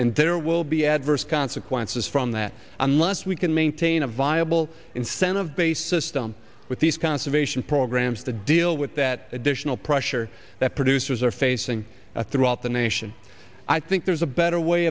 and there will be adverse consequences from that unless we can maintain a viable incentive based system with these conservation programs to deal with that additional pressure that producers are facing throughout the nation i think there's a better way